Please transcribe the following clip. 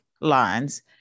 lines